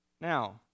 Now